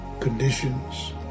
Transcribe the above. conditions